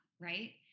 right